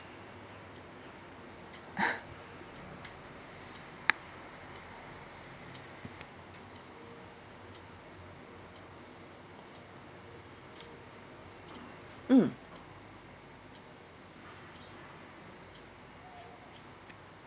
mm